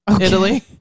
Italy